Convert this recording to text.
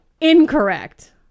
incorrect